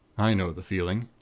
i know the feeling.